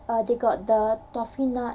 err they got the toffee nut